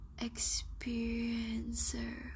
experiencer